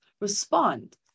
respond